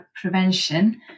prevention